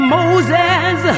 Moses